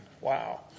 Wow